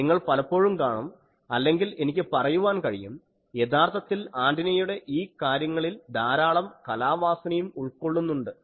നിങ്ങൾ പലപ്പോഴും കാണും അല്ലെങ്കിൽ എനിക്ക് പറയുവാൻ കഴിയും യഥാർത്ഥത്തിൽ ആൻറിനയുടെ ഈ കാര്യങ്ങളിൽ ധാരാളം കലാവാസനയും ഉൾക്കൊള്ളുന്നുണ്ട്